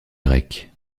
grecques